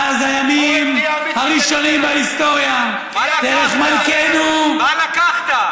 מאז הימים הראשונים בהיסטוריה, מה לקחת?